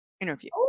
interview